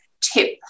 tip